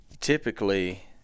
typically